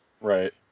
Right